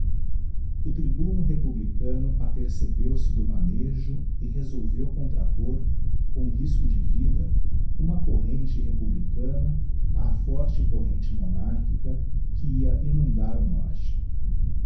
o tribuno republicano apercebeu se do manejo e resolveu contrapor com risco de vida uma corrente republicana á forte corrente monarçhica que ia inundar o norte